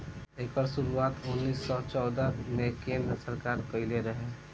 एकर शुरुआत उन्नीस सौ चौदह मे केन्द्र सरकार कइले रहे